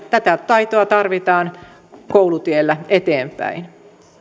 tätä taitoa tarvitaan koulutiellä eteenpäin